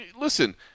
listen